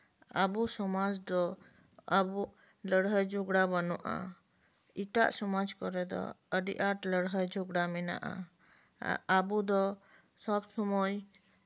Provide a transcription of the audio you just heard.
ᱟᱵᱚ ᱥᱚᱢᱟᱡ ᱫᱚ ᱞᱟᱹᱲᱦᱟᱹᱭ ᱡᱷᱚᱜᱽᱲᱟ ᱵᱟᱹᱱᱩᱜᱼᱟ ᱮᱴᱟᱜ ᱥᱚᱢᱟᱡ ᱠᱚᱨᱮ ᱫᱚ ᱟᱹᱰᱤ ᱟᱸᱴ ᱞᱟᱹᱲᱦᱟᱹᱭ ᱡᱷᱚᱜᱽᱲᱟ ᱢᱮᱱᱟᱜᱼᱟ ᱟᱵᱚ ᱫᱚ ᱥᱚᱵ ᱥᱚᱢᱚᱭ